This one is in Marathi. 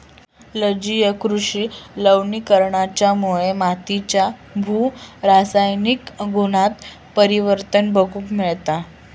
जलीय कृषि लवणीकरणाच्यामुळे मातीच्या भू रासायनिक गुणांत परिवर्तन बघूक मिळता